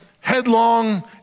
headlong